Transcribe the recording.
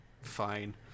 fine